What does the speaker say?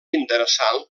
interessant